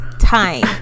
time